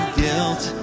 guilt